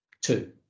two